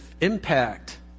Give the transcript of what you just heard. impact